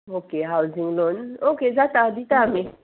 okay housing loan okay जाता दिता आमी